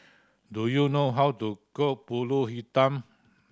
do you know how to cook Pulut Hitam